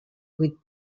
vuit